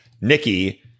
Nikki